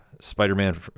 Spider-Man